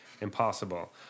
impossible